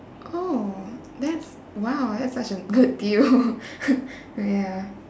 oh that's !wow! that's such a good deal but ya